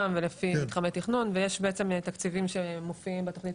לפי מתחמי תכנון ויש בעצם תקציבים שמופיעים בתכנית